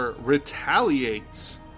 retaliates